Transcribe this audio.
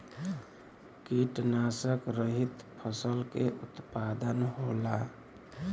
कीटनाशक रहित फसल के उत्पादन होला